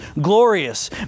glorious